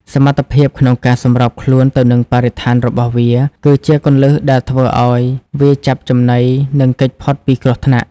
សមត្ថភាពក្នុងការសម្របខ្លួនទៅនឹងបរិស្ថានរបស់វា គឺជាគន្លឹះដែលធ្វើឲ្យវាអាចចាប់ចំណី និងគេចផុតពីគ្រោះថ្នាក់។